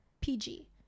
PG